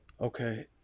Okay